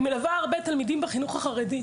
אני מלווה הרבה תלמידים בחינוך החרדי,